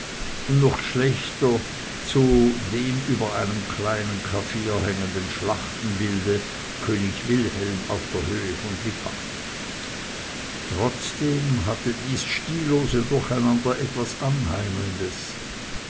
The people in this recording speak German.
und noch schlechter zu dem über einem kleinen klavier hängenden schlachtenbilde könig wilhelm auf der höhe von lipa trotzdem hatte dies stillose durcheinander etwas